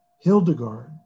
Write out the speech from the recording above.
Hildegard